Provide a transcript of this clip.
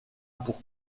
pour